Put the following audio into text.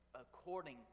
according